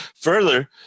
Further